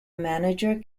manager